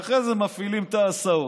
ואחרי זה מפעילים את ההסעות